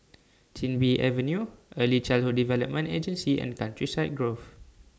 Chin Bee Avenue Early Childhood Development Agency and Countryside Grove